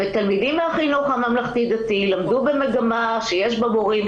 תלמידים מהחינוך הממלכתי-דתי למדו במגמה שיש בה מורים,